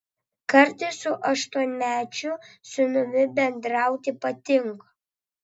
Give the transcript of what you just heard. kartais su aštuonmečiu sūnumi bendrauti patinka